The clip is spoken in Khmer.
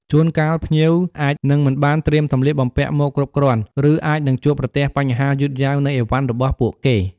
ជួនកាល ភ្ញៀវអាចនឹងមិនបានត្រៀមសម្លៀកបំពាក់មកគ្រប់គ្រាន់ ឬអាចនឹងជួបប្រទះបញ្ហាយឺតយ៉ាវនៃឥវ៉ាន់របស់ពួកគេ។